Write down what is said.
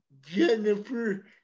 Jennifer